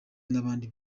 n’abandi